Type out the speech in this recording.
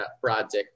project